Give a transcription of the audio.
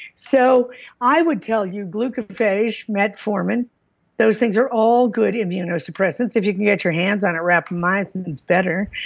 so i would tell you glucophage, metformin those things are all good immunosuppressants. if you can get your hands on it rapamycin's better.